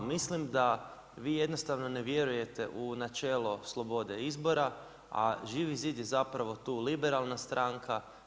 Mislim da vi jednostavno ne vjerujete u načelo slobode izbora, a Živi zid je zapravo tu liberalna stranka.